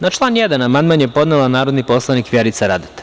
Na član 1. amandman je podnela narodni poslanik Vjerica Radeta.